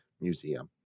museum